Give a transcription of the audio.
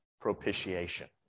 propitiation